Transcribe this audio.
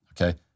okay